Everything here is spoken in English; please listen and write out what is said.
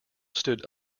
stood